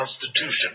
Constitution